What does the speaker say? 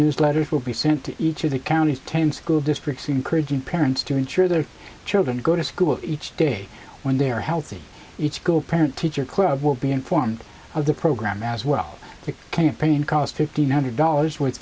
newsletters will be sent to each of the county's ten school districts encouraging parents to ensure their children go to school each day when they're healthy each girl parent teacher club will be informed of the program as well the campaign cost fifteen hundred dollars wor